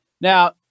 Now